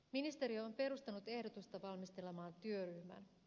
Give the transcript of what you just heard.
ministeriö on perustanut ehdotusta valmistelemaan työryhmän